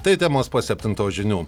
tai temos po septintos žinių